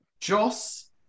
Joss